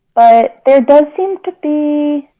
but there does seem to be